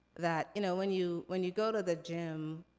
that you know when you when you go to the gym,